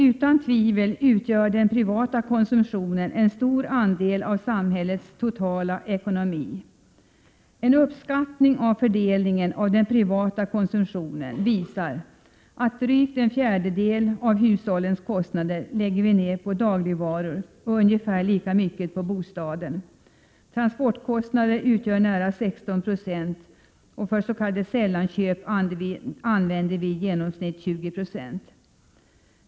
Utan tvivel utgör den privata konsumtionen en stor andel av samhällets totala ekonomi. En uppskattning av fördelningen av den privata konsumtionen visar att drygt en fjärdedel av hushållens kostnader läggs på dagligvaror och ungefär lika mycket på bostaden. Transportkostnader utgör nära 16 26, och för s.k. sällanköp använder vi i genomsnitt 20 20.